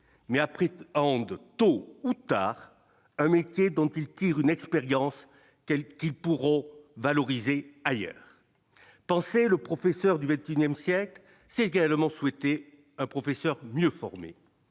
ans de tôt ou tard un métier dont il tire une expérience qu'qui pourront valoriser ailleurs penser le professeur du XXIe siècle, c'est également souhaité un professeur, mieux formés,